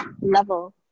level